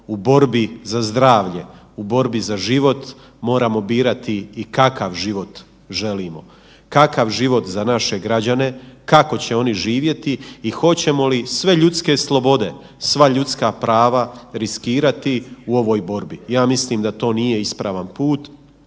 u borbi za zdravlje u borbi za život moramo birati i kakav život želimo, kakav život za naše građane, kako će oni živjeti i hoćemo li sve ljudske slobode, sva ljudska prava riskirati u ovoj borbi. Ja mislim da to nije ispravan put,